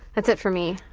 that's it for me.